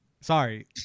Sorry